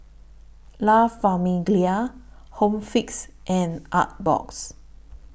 La Famiglia Home Fix and Artbox